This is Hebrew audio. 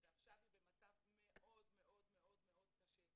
ועכשיו היא במצב מאוד מאוד מאוד קשה.